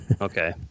Okay